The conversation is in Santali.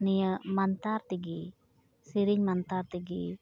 ᱱᱤᱭᱟᱹ ᱢᱟᱱᱛᱟᱨ ᱛᱮᱜᱮ ᱥᱤᱨᱤᱧ ᱢᱟᱱᱛᱟᱨ ᱛᱮᱜᱮ